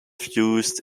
fused